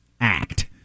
act